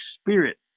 Spirit